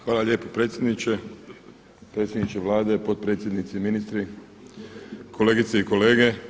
Hvala lijepa predsjedniče, predsjedniče Vlade, potpredsjednici, ministri, kolegice i kolege.